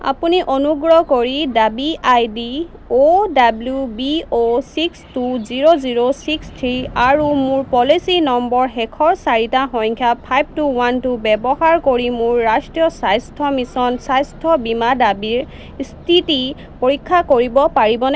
আপুনি অনুগ্ৰহ কৰি দাবী I D O W B O six two zero zero six three আৰু মোৰ পলিচি নম্বৰ শেষৰ চাৰিটা সংখ্যা ফাইভ টু ওৱান টু ব্যৱহাৰ কৰি মোৰ ৰাষ্ট্ৰীয় স্বাস্থ্য মিছনস্বাস্থ্য বীমা দাবীৰ স্থিতি পৰীক্ষা কৰিব পাৰিবনে